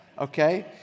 okay